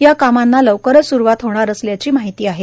या कामांना लवकरच सुरूवात होणार असल्याची माहिती आहे